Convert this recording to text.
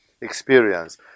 experience